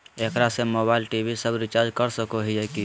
एकरा से mobile TV सब रिचार्ज कर सको हियै की?